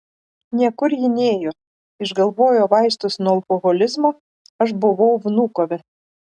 niekur ji nėjo išgalvojo vaistus nuo alkoholizmo aš buvau vnukove